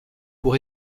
pour